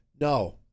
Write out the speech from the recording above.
No